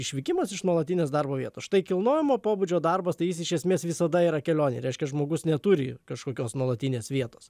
išvykimas iš nuolatinės darbo vietos štai kilnojamo pobūdžio darbas tai jis iš esmės visada yra kelionė reiškia žmogus neturi kažkokios nuolatinės vietos